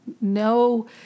no